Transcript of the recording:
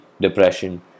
depression